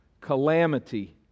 calamity